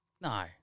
no